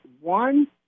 one